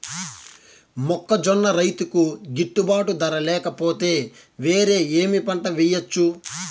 మొక్కజొన్న రైతుకు గిట్టుబాటు ధర లేక పోతే, వేరే ఏమి పంట వెయ్యొచ్చు?